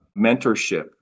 mentorship